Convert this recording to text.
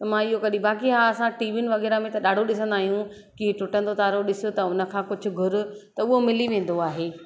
त मां इहो कढी बाक़ी हा असां टीवीन वग़ैरह में त ॾाढो ॾिसंदा आहियूं कि टुटंदो तारो ॾिस त उन खां कुझु घुर त उहो मिली वेंदो आहे